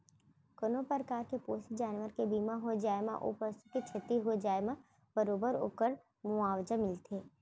कोनों परकार के पोसे जानवर के बीमा हो जाए म ओ पसु के छति हो जाए म बरोबर ओकर मुवावजा मिलथे